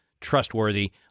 trustworthy